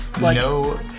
no